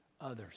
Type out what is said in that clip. others